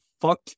fuck